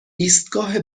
ایستگاه